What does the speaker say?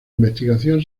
investigación